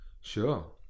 sure